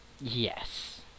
Yes